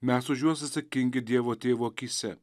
mes už juos atsakingi dievo tėvo akyse